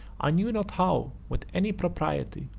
i knew not how, with any propriety,